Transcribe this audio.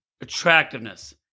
Attractiveness